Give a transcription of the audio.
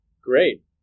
Great